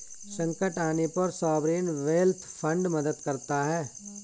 संकट आने पर सॉवरेन वेल्थ फंड मदद करता है